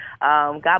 God